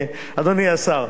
אדוני השר,